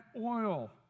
oil